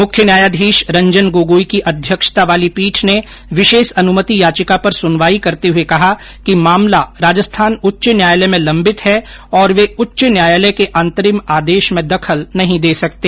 मुख्य न्यायाधीश रंजन गोगोई की अध्यक्षता वाली पीठ ने विशेष अनुमति याचिका पर सुनवाई करते हुए कहा कि मामला राजस्थान उच्च न्यायालय में लंबित है और वे उच्च न्यायालय के अंतरिम आदेश में दखल नहीं दे सकते